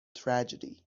tragedy